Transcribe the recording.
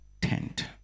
tent